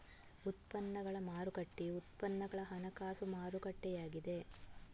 ಉತ್ಪನ್ನಗಳ ಮಾರುಕಟ್ಟೆಯು ಉತ್ಪನ್ನಗಳ ಹಣಕಾಸು ಮಾರುಕಟ್ಟೆಯಾಗಿದೆ